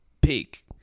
Peak